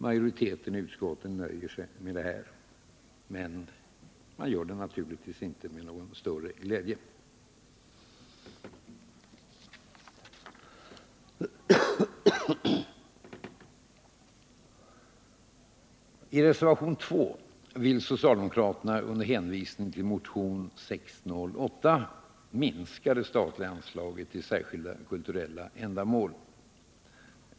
Utskottets majoritet nöjer sig med detta men gör det naturligtvis inte med någon större glädje. I reservationen 2 vill socialdemokraterna, under hänvisning till motionen 608, minska det statliga anslaget till särskilda kulturella ändamål.